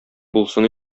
булсын